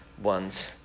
ones